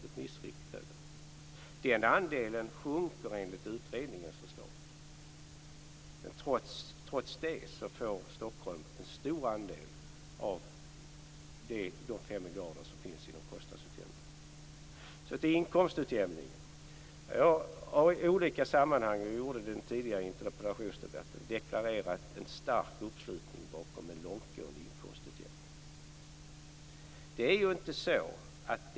Stockholms andel sjunker enligt utredningens förslag, men trots det får Stockholm en stor andel av de 5 miljarder som finns inom kostnadsutjämningssystemet. Så till inkomstutjämningen. Jag har i olika sammanhang, och jag gjorde det i den tidigare interpellationsdebatten, deklarerat en stark uppslutning bakom en långtgående inkomstutjämning.